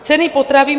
Ceny potravin.